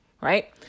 right